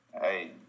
hey